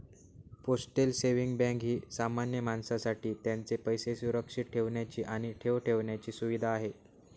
postal saving bank ही सामान्य माणसासाठी त्यांचे पैसे सुरक्षित ठेवण्याची आणि ठेव ठेवण्याची सुविधा आहे